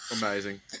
Amazing